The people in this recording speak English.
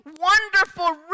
wonderful